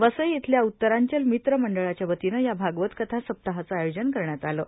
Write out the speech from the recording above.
वसई इथल्या उत्तरांचल मित्र मंडळाच्यावतीनं या भागवत कथा सप्ताहाचं आयोजन करण्यात आलं आहे